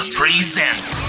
presents